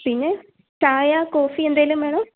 പിന്നെ ചായ കോഫി എന്തെങ്കിലും വേണോ